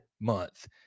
Month